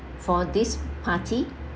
for this party